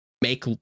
make